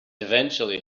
eventually